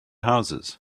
houses